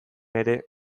ere